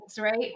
right